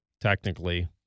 technically